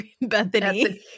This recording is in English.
bethany